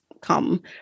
come